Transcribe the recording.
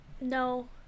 no